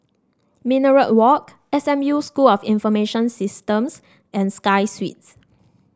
Minaret Walk S M U School of Information Systems and Sky Suites